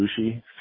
Sushi